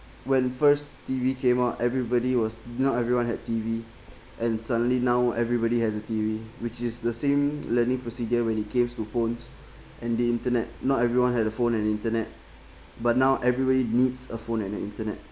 when first T_V came out everybody was not everyone had T_V and suddenly now everybody has a T_V which is the same learning procedure when it came to phones and the internet not everyone had a phone and internet but now everybody needs a phone and an internet